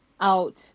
out